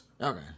Okay